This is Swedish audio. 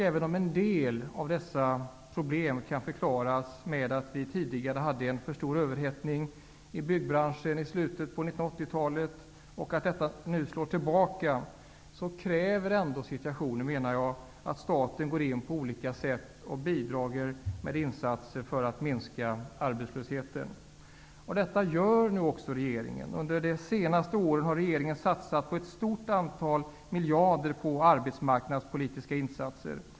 Även om en del av problemen kan förklaras med att vi tidigare hade en för stor överhettning inom byggbranschen i slutet av 1980-talet och att detta nu slår tillbaka, kräver ändå situationen att staten på olika sätt går in och bidrar med insatser för att minska arbetslösheten. Detta gör nu också regeringen. Under de senaste åren har regeringen satsat ett stort antal miljarder på arbetsmarknadspolitiska insatser.